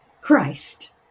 Christ